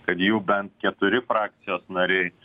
kad jų bent keturi frakcijos nariai